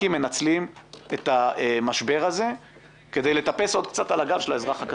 מנצלים את המשבר הזה כדי לטפס עוד קצת על הגב של האזרח הקטן.